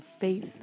faith